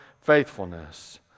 faithfulness